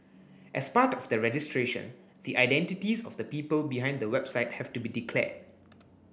as part of the registration the identities of the people behind the website have to be declared